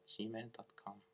gmail.com